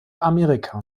amerika